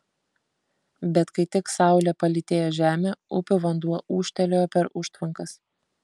bet kai tik saulė palytėjo žemę upių vanduo ūžtelėjo per užtvankas